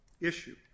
issue